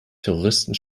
terroristen